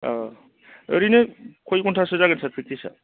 औ ओरैनो खय घण्टासो जागोन सार फ्रेकथिसा